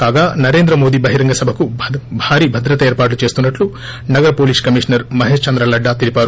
కాగా నరేంద్ర మోదీ బహిరంగ సభకు భారీ భద్రతా ఏర్పాట్లు చేస్తున్నట్లు నగర పోలీస్ కమిషనర్ మహేష్ చంద్రలడ్డా తెలిపారు